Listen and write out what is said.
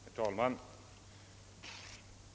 Herr talman!